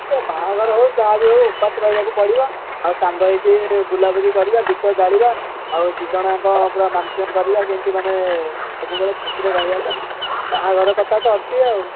ଏ ବାହାଘର ହଉ ଯାହା ବି ହଉ ଉପାସ ରହିବାକୁ ପଡ଼ିବ ଆଉ ସାଙ୍ଗ ହୋଇକି ବୁଲା ବୁଲି କରିବା ଦୀପ ଜାଳିବା ଅଉ ଦୁଇ ଜଣ ଜାକ ପୁରା ମାନସିକ କରିବା ଯେମତି ମାନେ ସବୁବେଳେ ଖୁସିରେ ରହିବା ପାଇଁ ବାହାଘର କଥା ତ ଅଛି ଆଉ